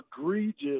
egregious